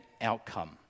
outcome